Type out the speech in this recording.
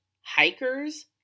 hikers